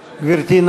גברתי,